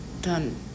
done